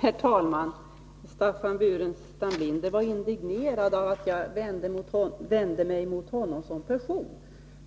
Herr talman! Staffan Burenstam Linder är indignerad över att jag vände mig mot honom som person.